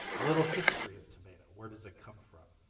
a little history of tomato where does it come from?